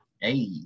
Hey